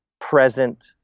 present